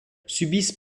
subissent